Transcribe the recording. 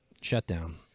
Shutdown